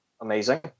amazing